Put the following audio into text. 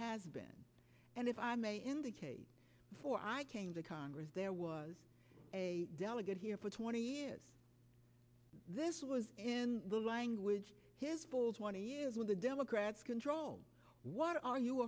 has been and if i may indicate before i came to congress there was a delegate here for twenty years this was in the language his balls want to use with the democrats control what are you